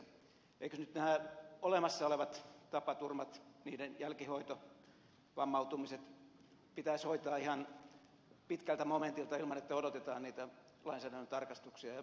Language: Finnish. eivätkö nyt nämä olemassa olevat tapaturmat niiden jälkihoito vammautumiset pitäisi hoitaa ihan pitkältä momentilta ilman että odotetaan niitä lainsäädännön tarkastuksia